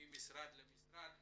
ממשרד למשרד,